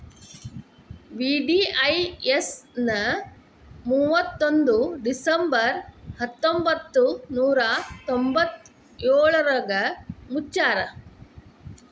VDIS ನ ಮುವತ್ತೊಂದ್ December ಹತ್ತೊಂಬತ್ ನೂರಾ ತೊಂಬತ್ತಯೋಳ್ರಾಗ ಮುಚ್ಚ್ಯಾರ